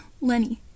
Lenny